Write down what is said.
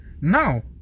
now